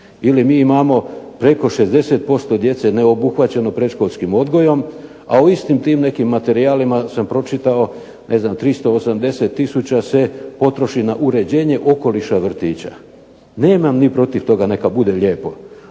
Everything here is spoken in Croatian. Ili, mi imamo preko 60% djece neobuhvaćeno predškolskim odgojom, a u istim tih nekim materijalima sam pročitao 380 tisuća se potroši na uređenje okoliša vrtića. Nemam ni protiv toga, neka bude lijepo,